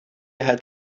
het